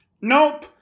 Nope